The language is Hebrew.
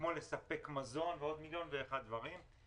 כמו לספק מזון ועוד מיליון ואחד דברים.